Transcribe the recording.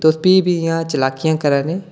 तुस फ्ही बी इ'यां चलाकियां करै दे